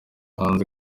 hanze